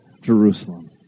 Jerusalem